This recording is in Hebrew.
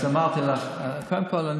אז אמרתי לך: קודם כול,